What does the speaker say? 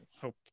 hope